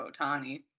Otani